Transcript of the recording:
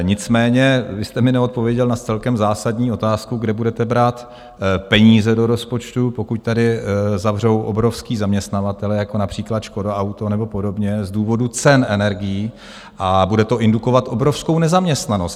Nicméně vy jste mi neodpověděl na celkem zásadní otázku, kde budete brát peníze do rozpočtu, pokud tady zavřou obrovští zaměstnavatelé, jako například Škoda Auto nebo podobně, z důvodu cen energií, a bude to indukovat obrovskou nezaměstnanost.